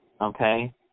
Okay